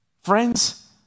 Friends